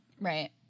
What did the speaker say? Right